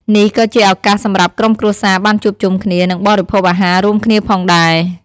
នេះក៏ជាឱកាសសម្រាប់ក្រុមគ្រួសារបានជួបជុំគ្នា និងបរិភោគអាហាររួមគ្នាផងដែរ។